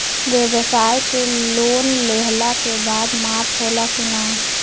ब्यवसाय के लोन लेहला के बाद माफ़ होला की ना?